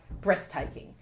breathtaking